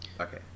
Okay